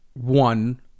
one